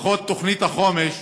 שלפחות תוכנית החומש